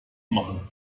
machen